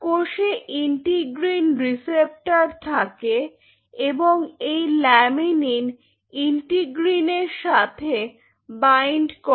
কোষে integrin receptor থাকে এবং এই ল্যামিনিন ইন্টিগ্রীনের এর সাথে বাইন্ড করে